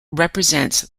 represents